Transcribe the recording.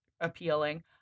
appealing